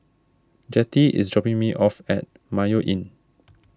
Jettie is dropping me off at Mayo Inn